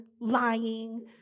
lying